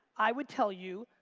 i would tell you,